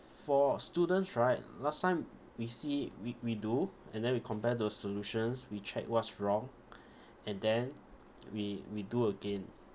for students right last time we see we we do and then we compare those solutions we check what's wrong and then we we do again